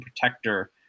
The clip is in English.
Protector